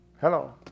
Hello